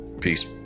Peace